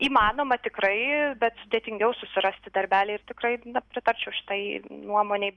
įmanoma tikrai bet sudėtingiau susirasti darbelį ir tikrai na pritarčiau šitai nuomonei